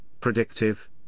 predictive